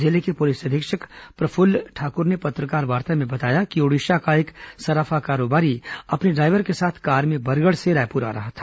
जिले के पुलिस अधीक्षक प्रफुल्ल ठाकुर ने पत्रकारवार्ता में बताया कि ओडिशा का एक सराफा कारोबारी अपने ड्रायवर के साथ कार में बरगढ़ से रायपुर आ रहा था